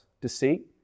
deceit